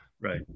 right